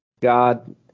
God